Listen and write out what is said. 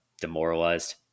demoralized